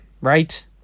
right